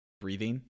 breathing